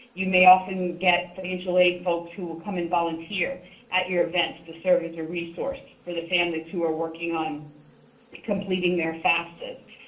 you may often get financial aid folks who will come and volunteer at your events to serve as a resource for the families who are working on completing their fafsas.